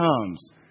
comes